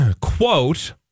Quote